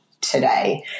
today